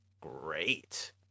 Great